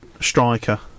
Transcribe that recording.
striker